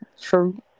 True